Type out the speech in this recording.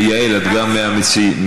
יעל, גם את מהמציעים.